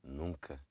nunca